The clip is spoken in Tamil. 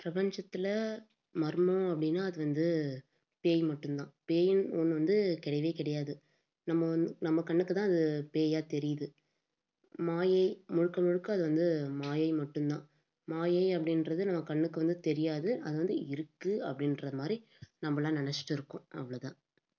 பிரபஞ்சத்தில் மர்மம் அப்படினா அது வந்து பேய் மட்டும்தான் பேய்னு ஒன்று வந்து கிடையவே கிடையாது நம்ம வந் நம்ம கண்ணுக்கு தான் அது வந்து பேயா தெரியுது மாயை முழுக்க முழுக்க அது வந்து மாயை மட்டும்தான் மாயை அப்படின்றது நம்ம கண்ணுக்கு வந்து தெரியாது அது வந்து இருக்குது அப்படின்ற மாதிரி நம்மளாக நினைச்சிட்டு இருக்கோம் அவ்வளோ தான்